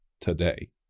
today